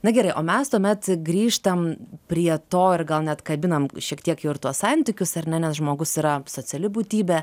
na gerai o mes tuomet grįžtam prie to ir gal net kabinam šiek tiek jau ir tuos santykius ar ne nes žmogus yra sociali būtybė